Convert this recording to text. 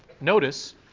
Notice